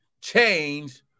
change